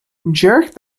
jerk